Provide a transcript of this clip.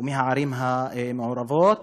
ומהערים המעורבות